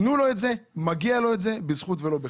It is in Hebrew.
תנו לו את זה, מגיע לו את זה בזכות ולא בחסד.